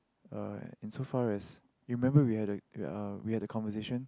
uh in so far as you remember we had uh we had a conversation